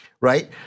right